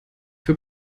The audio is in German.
für